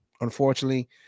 Unfortunately